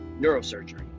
neurosurgery